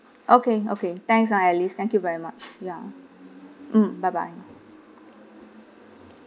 okay okay thanks ah alice thank you very much ya mm bye bye